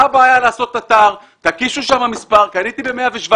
מה הבעיה לעשות אתר, תקישו שם מספר, קניתי ב-117,